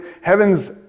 heaven's